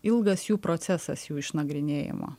ilgas jų procesas jų išnagrinėjimo